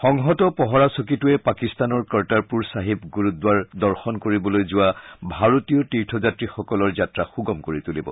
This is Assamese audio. সংহত পহৰা চকীটোৱে পাকিস্তানৰ কৰ্টাৰপুৰ চাহিব গুৰুদ্বাৰ দৰ্শন কৰিবলৈ যোৱা ভাৰতীয় তীৰ্থযাত্ৰীসকলৰ যাত্ৰা সুগম কৰি তৃলিব